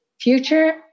future